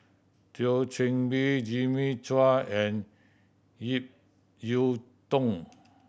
Thio Chan Bee Jimmy Chua and Ip Yiu Tung